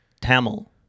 Tamil